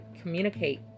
communicate